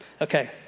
Okay